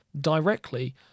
Directly